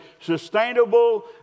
sustainable